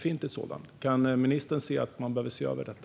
Anser ministern att man behöver se över detta?